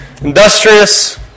industrious